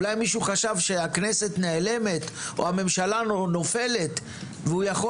אולי מישהו חשב שהכנסת נעלמת או שהממשלה נופלת והוא יכול